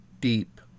deep